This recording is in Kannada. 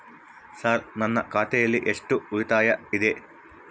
ಸರ್ ನನ್ನ ಖಾತೆಯಲ್ಲಿ ಎಷ್ಟು ಉಳಿತಾಯ ಇದೆ?